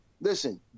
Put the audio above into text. Listen